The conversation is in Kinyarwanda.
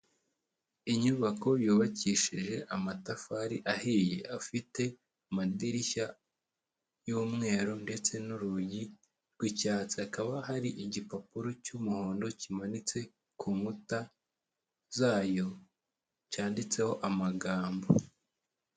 Inyubako yubakishije amatafari ahiye, afite amadirishya y'umweru ndetse n'urugi rw'icyatsi, hakaba hari igipapuro cy'umuhondo kimanitse ku nkuta zayo, cyanditseho amagambo.